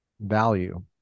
value